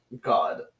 God